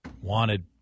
wanted